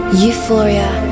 euphoria